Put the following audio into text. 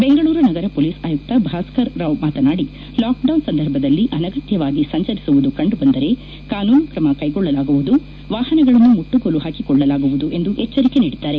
ಬೆಂಗಳೂರು ನಗರ ಪೊಲೀಸ್ ಆಯುಕ್ತ ಭಾಸ್ಕರ್ ರಾವ್ ಮಾತನಾಡಿ ಲಾಕ್ಡೌನ್ ಸಂದರ್ಭದಲ್ಲಿ ಅನಗತ್ವವಾಗಿ ಸಂಚರಿಸುವುದು ಕಂಡು ಬಂದರೆ ಕಾನೂನು ಕ್ರಮ ಕ್ಲೆಗೊಳ್ಳಲಾಗುವುದು ವಾಹನಗಳನ್ನು ಮುಟ್ಟುಗೋಲು ಹಾಕಿಕೊಳ್ಳಲಾಗುವುದು ಎಂದು ಎಚ್ಚರಿಕೆ ನೀಡಿದ್ದಾರೆ